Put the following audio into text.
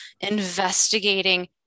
investigating